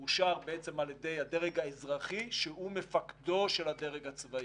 מאושר על-ידי הדרג האזרחי שהוא מפקדו של הדרג הצבאי.